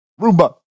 Roomba